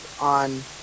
on